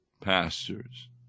pastors